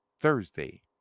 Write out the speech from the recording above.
Thursday